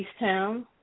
Easttown